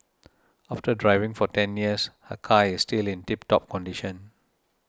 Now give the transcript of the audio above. after driving for ten years her car is still in tip top condition